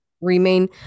remain